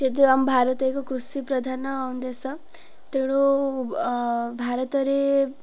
ଯେହେତୁ ଆମ ଭାରତ ଏକ କୃଷି ପ୍ରଧାନ ଦେଶ ତେଣୁ ଭାରତରେ